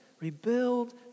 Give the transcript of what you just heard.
rebuild